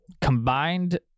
Combined